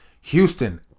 Houston